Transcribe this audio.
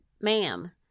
ma'am